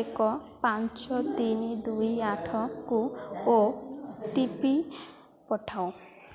ଏକ ପାଞ୍ଚ ତିନି ଦୁଇ ଆଠକୁ ଓ ଟି ପି ପଠାଅ